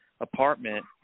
apartment